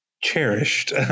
cherished